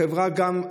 החברה גם,